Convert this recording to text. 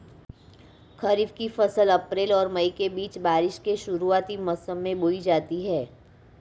खरीफ़ की फ़सल अप्रैल और मई के बीच, बारिश के शुरुआती मौसम में बोई जाती हैं